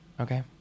Okay